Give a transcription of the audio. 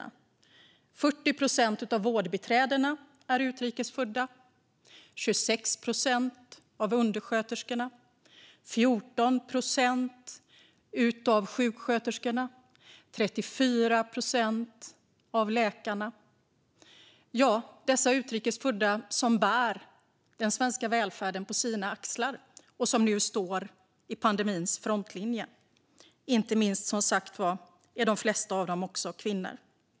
Av vårdbiträdena är 40 procent utrikes födda, liksom 26 procent av undersköterskorna, 14 procent av sjuksköterskorna och 34 procent av läkarna. Dessa utrikes födda bär den svenska välfärden på sina axlar och står nu i pandemins frontlinje, och de flesta av dem är, som sagt, kvinnor.